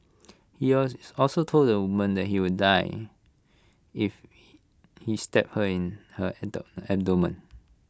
he also told the woman that she would die if he stabbed her abdomen